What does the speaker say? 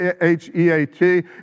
H-E-A-T